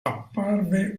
apparve